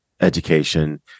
education